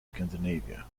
scandinavia